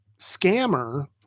scammer